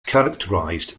characterized